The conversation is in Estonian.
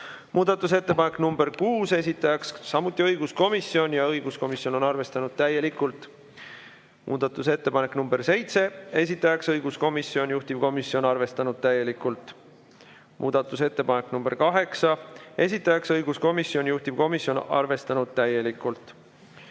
Muudatusettepanek nr kuus, esitajaks samuti õiguskomisjon ja õiguskomisjon on arvestanud täielikult. Muudatusettepanek nr seitse, esitajaks õiguskomisjon, juhtivkomisjon on arvestanud täielikult. Muudatusettepanek nr kaheksa, esitajaks õiguskomisjon, juhtivkomisjon on arvestanud täielikult.